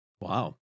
Wow